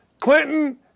Clinton